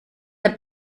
der